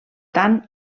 tant